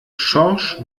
schorsch